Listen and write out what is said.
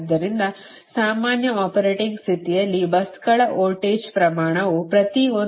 ಆದ್ದರಿಂದ ಸಾಮಾನ್ಯ ಆಪರೇಟಿಂಗ್ ಸ್ಥಿತಿಯಲ್ಲಿ busಗಳ ವೋಲ್ಟೇಜ್ ಪ್ರಮಾಣವು ಪ್ರತಿ ಒಂದು ಯುನಿಟ್ಗೆ 1